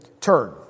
turn